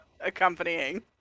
accompanying